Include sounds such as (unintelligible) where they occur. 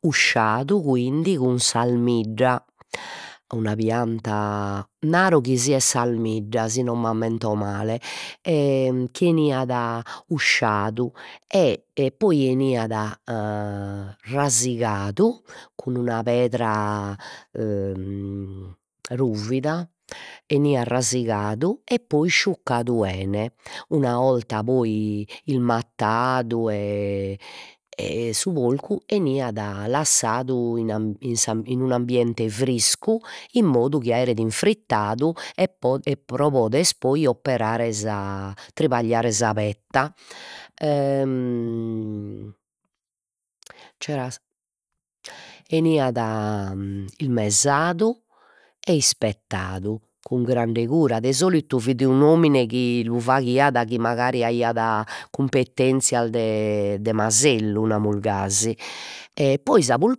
usciadu quindi cun s'almidda, una pianta, naro chi siat s'almidda si non m'ammento male (hesitation) chi 'eniat usciadu e e poi 'eniat e rasigadu cun d'una pedra (hesitation) ruvida, 'eniat (hesitation) rasigadu e poi isciuccadu 'ene, una 'olta poi ismattadu e e su polcu 'eniat lassadu in (hesitation) sa in un'ambiente friscu in modu chi aeret infrittadu e po e pro poder poi operare sa, tribagliare sa petta (hesitation) (unintelligible) 'eniat (hesitation) ismesadu e ispettadu cun grande cura, de solitu fit un'omine chi lu faghiat chi magari aiat cumpetenzias de de masellu namus gasi e poi sa pul